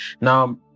Now